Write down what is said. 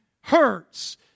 hurts